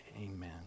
Amen